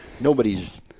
nobody's